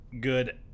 good